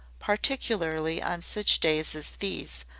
particularly on such days as these,